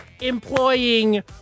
employing